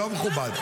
דוקטור רעל.